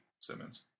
Simmons